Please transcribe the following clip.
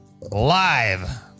Live